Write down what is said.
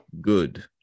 good